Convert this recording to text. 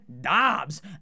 Dobbs